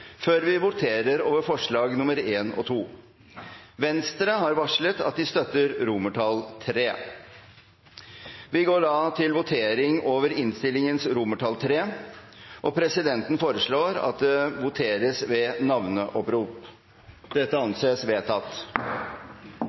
før vi voterer over forslagene nr. 1 og 2. Venstre har varslet at de støtter III. Vi går da til votering over innstillingens